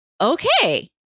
Okay